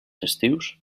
festius